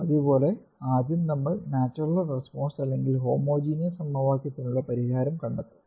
പതിവുപോലെ ആദ്യം നമ്മൾ നാച്ചുറൽ റെസ്പോൺസ് അല്ലെങ്കിൽ ഹോമോജിനിയസ് സമവാക്യത്തിനുള്ള പരിഹാരം കണ്ടെത്തും